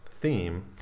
theme